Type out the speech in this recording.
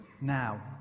Now